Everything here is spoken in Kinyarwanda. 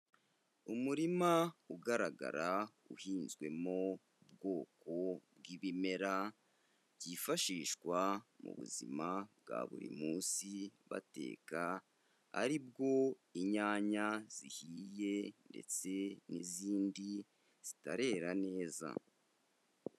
Umurima ugaragara uhinzwemo ubwoko bw'ibimera byifashishwa muzima bwa buri munsi bateka ari bwo inyanya zihiye ndetse n'izindi zitarera neza.